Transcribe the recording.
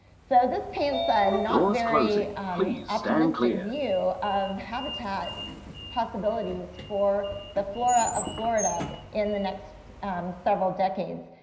so this paints a not very optimistic view of habitat possibilities for the flora of florida in the next several decades.